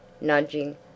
nudging